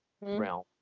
realm